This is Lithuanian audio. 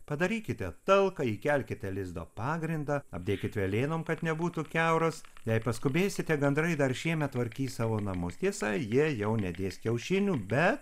padarykite talką įkelkite lizdo pagrindą apdėkit velėnom kad nebūtų kiauras jei paskubėsite gandrai dar šiemet tvarkys savo namus tiesa jie jau nedės kiaušinių bet